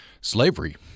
slavery